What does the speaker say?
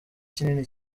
kinini